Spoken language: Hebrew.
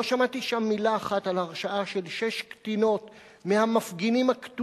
ואיש לא טרח להעמיד את המפגינים לדין,